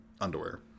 underwear